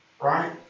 right